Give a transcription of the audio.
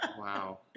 Wow